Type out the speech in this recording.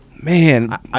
Man